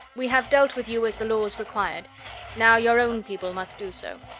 we have dealt with you as the laws required now your own people must do so.